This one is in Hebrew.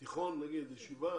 נגיד תיכון או ישיבה